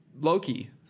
Loki